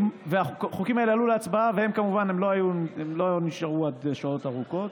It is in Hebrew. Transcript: החוקים האלה עלו להצבעה והם כמובן לא נשארו שעות ארוכות,